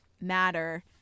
matter